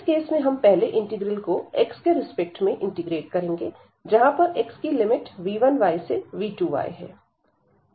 इस केस में हम पहले इंटीग्रल को x के रिस्पेक्ट में इंटीग्रेट करेंगे जहां पर x की लिमिट v1y से v2y है